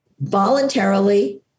voluntarily